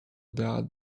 their